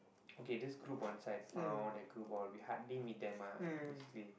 okay this group one side pound that group all we hardly meet them ah basically